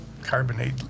carbonate